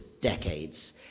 decades